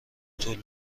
طول